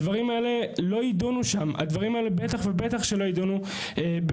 הדברים האלה בטח ובטח לא ידונו שם,